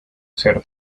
ser